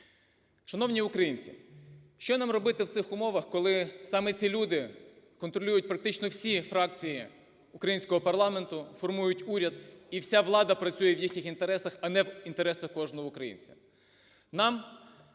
Шановні українці, що нам робити в цих умовах, коли саме ці люди контролюють практично всі фракції українського парламенту, формують уряд, і вся влада працює в їхніх інтересах, а не в інтересах кожного українця?